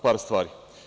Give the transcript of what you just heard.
Par stvari.